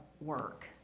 work